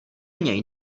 něj